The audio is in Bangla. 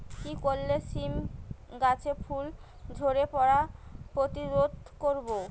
কি করে সীম গাছের ফুল ঝরে পড়া প্রতিরোধ করব?